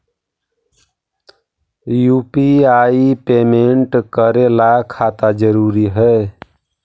UPI payment करे ला खाता जरूरी है?